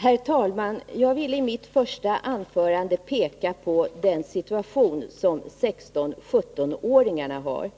Herr talman! Jag ville i mitt första anförande peka på den situation som 16-17-åringarna har.